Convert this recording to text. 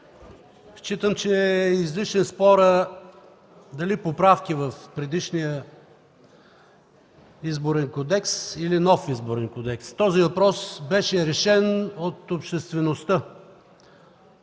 Считам, че е излишен спорът дали поправки в предишния Изборен кодекс или нов Изборен кодекс. Този въпрос беше решен от обществеността.